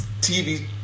TV